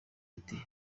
ati